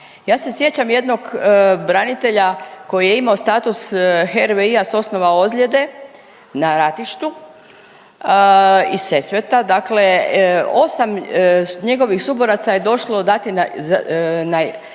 Ja se sjećam jednog branitelja koji je imao status HRVI-a s osnova ozljede na ratištu iz Sesveta. Dakle, 8 njegovih suboraca je došlo dati na